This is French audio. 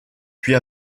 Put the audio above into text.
puis